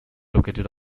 located